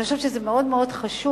אני חושבת שזה מאוד מאוד חשוב,